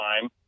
time